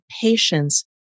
patience